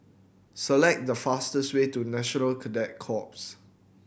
select the fastest way to National Cadet Corps